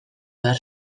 behar